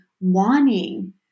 wanting